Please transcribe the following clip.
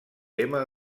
tema